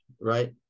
right